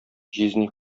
җизни